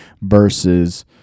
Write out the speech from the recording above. versus